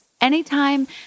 anytime